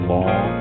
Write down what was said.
Long